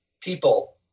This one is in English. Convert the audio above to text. people